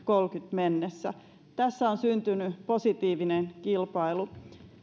mennessä tässä on syntynyt positiivinen kilpailu